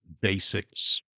basics